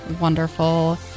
wonderful